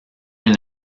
une